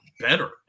better